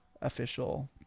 official